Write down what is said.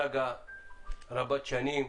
סאגה רבת שנים.